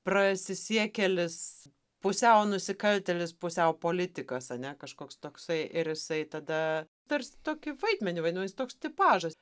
prasisiekėlis pusiau nusikaltėlis pusiau politikas ane kažkoks toksai ir jisai tada tarsi tokį vaidmenį vaidina nu jis toks tipažas